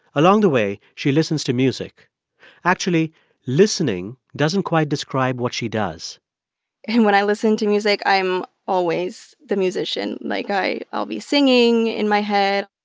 along the way, she listens to music actually listening doesn't quite describe what she does and when i listen to music, i'm always the musician. like, i'll be singing in my head,